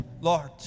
Lord